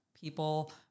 people